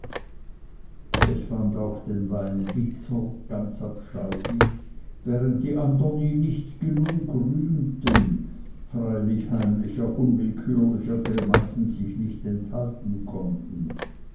es fand auch den wein bitter ganz abscheulich während die andern ihn nicht genug rühmen freilich heimlicher unwillkürlicher grimassen sich nicht enthalten konnten